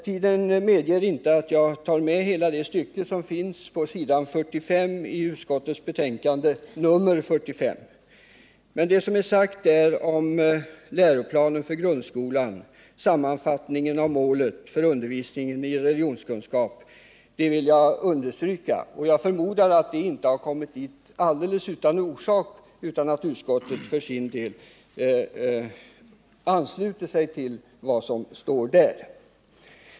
Tiden medger inte att jag läser upp hela stycket på s. 45 i utskottets betänkande nr 45. Men det som är sagt där om läroplanens sammanfattning av målet för undervisningen i religionskunskap vill jag understryka. Jag förmodar att det inte har kommit dit alldeles utan orsak utan att utskottet för sin del ansluter sig till vad som står där.